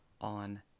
on